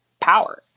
power